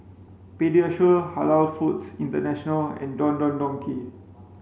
Pediasure Halal Foods International and Don Don Donki